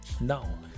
Now